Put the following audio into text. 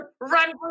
Run